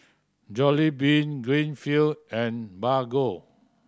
Jollibean Greenfield and Bargo